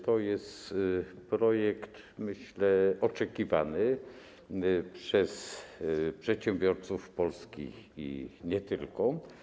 To jest projekt, jak myślę, oczekiwany przez przedsiębiorców polskich i nie tylko.